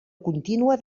contínua